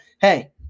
hey –